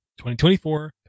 2024